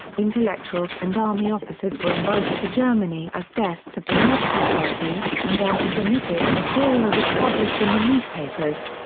intellectuals and army officers were invited to germany as guests of the nazi party, and antisemitic material was published in the newspapers.